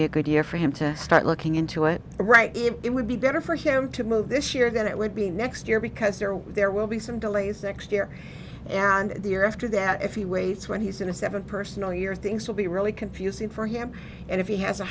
be a good year for him to start looking into it right it would be better for him to move this year than it would be next year because there were there will be some delays next year and the year after that if he waits when he's in a seven personal year things will be really confusing for him and if he has a